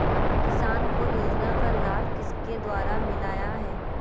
किसान को योजना का लाभ किसके द्वारा मिलाया है?